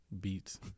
Beats